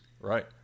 right